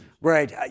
Right